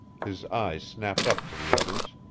his eyes snapped up to the others.